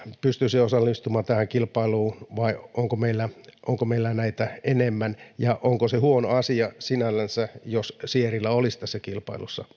pystyisi osallistumaan tähän kilpailuun vai onko meillä näitä enemmän ja onko se huono asia sinällänsä jos sierilä olisi tässä kilpailussa